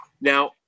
Now